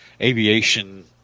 aviation